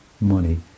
money